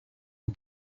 aux